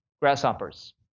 grasshoppers